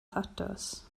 thatws